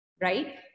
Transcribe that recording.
right